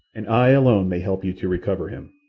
and i alone may help you to recover him.